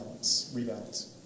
rebalance